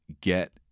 get